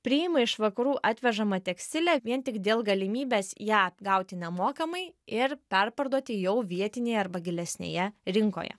priima iš vakarų atvežamą tekstilę vien tik dėl galimybės ją gauti nemokamai ir perparduoti jau vietinėje arba gilesnėje rinkoje